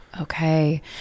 Okay